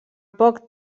poc